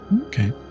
Okay